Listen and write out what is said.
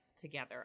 together